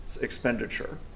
expenditure